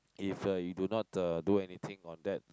if uh you do not uh do anything on that